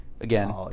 again